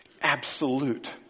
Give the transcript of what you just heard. absolute